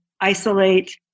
isolate